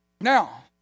Now